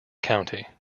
county